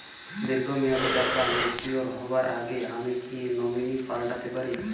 দীর্ঘ মেয়াদি টাকা ম্যাচিউর হবার আগে আমি কি নমিনি পাল্টা তে পারি?